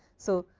so,